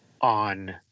on